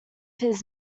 his